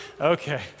okay